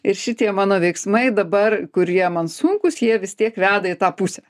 ir šitie mano veiksmai dabar kurie man sunkūs jie vis tiek veda į tą pusę